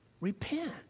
Repent